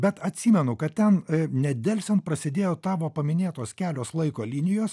bet atsimenu kad ten nedelsiant prasidėjo tavo paminėtos kelios laiko linijos